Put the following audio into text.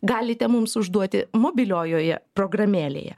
galite mums užduoti mobiliojoje programėlėje